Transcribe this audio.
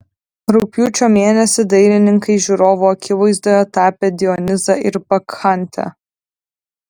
rugpjūčio mėnesį dailininkai žiūrovų akivaizdoje tapė dionizą ir bakchantę